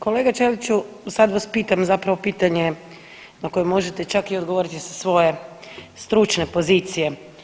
Kolega Ćeliću sad vas pitam zapravo pitanje na koje možete čak i odgovoriti sa svoje stručne pozicije.